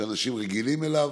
שאנשים רגילים אליו.